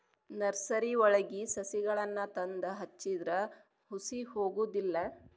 ನರ್ಸರಿವಳಗಿ ಸಸಿಗಳನ್ನಾ ತಂದ ಹಚ್ಚಿದ್ರ ಹುಸಿ ಹೊಗುದಿಲ್ಲಾ